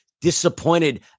disappointed